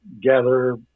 gather